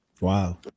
Wow